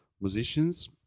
musicians